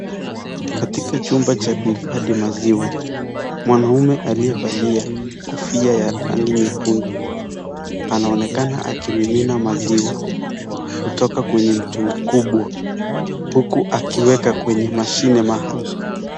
Katika chumba cha kuhifadhi maziwa. Mwanaume aliyevalia kofia ya rangi nyekundu, anaonekana akimimina maziwa kutoka kwenye mtungi kubwa huku akieka kwenye mashine maalum.